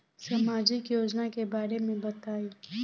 सामाजिक योजना के बारे में बताईं?